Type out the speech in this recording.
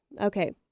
Okay